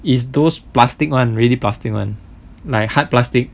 is those plastic [one] really plastic [one] like hard plastic